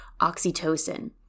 oxytocin